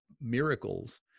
miracles